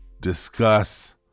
discuss